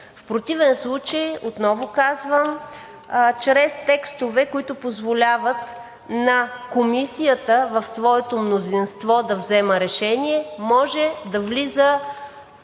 В противен случай, отново казвам, чрез текстове, които позволяват на Комисията в своето мнозинство да взема решение, може да влиза